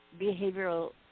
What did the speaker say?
behavioral